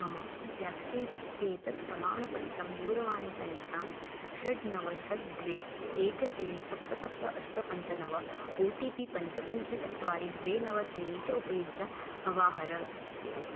मम व्याक्सीन् इत्येतत् प्रमाणपत्रं दूरवाणीसङ्ख्यां षट् नव षट् द्वे एकं त्रीणि सप्त सप्त अष्ट पञ्च नव ओ टि पि पञ्च पञ्च चत्वारि द्वे नव त्रीणि च उपयुज्य अवाहर